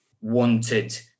wanted